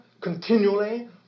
continually